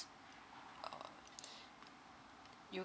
you